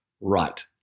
Right